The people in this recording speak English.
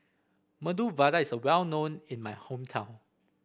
Medu Vada is well known in my hometown